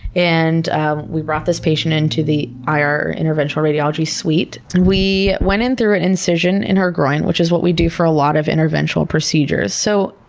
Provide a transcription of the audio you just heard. and um we brought this patient into the ir, interventional radiology, suite. and we went in through an incision in her groin, which is what we do for a lot of interventional procedures. so,